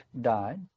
died